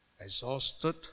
exhausted